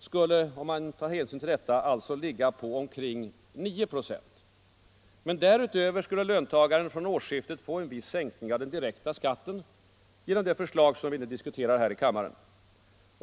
skulle, om man tar hänsyn till detta, ligga på omkring 9 procent. Därutöver skulle löntagaren från årsskiftet få en viss sänkning av den direkta skatten genom det förslag som vi nu diskuterar här i kammaren.